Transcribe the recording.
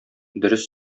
дөрес